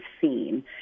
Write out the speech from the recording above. seen